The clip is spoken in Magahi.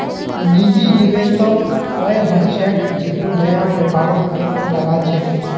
निजी निवेशक वई ह छेक जेको नया व्यापारत पैसा लगा छेक